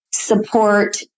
support